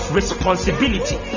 responsibility